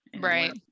Right